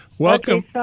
Welcome